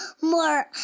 more